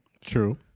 true